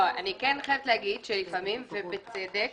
אני חייבת להגיד שלפעמים, ובצדק,